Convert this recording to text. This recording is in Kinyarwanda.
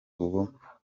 uwo